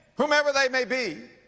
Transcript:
whomever they may be,